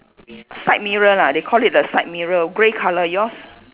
side mirror lah they call it the side mirror grey colour yours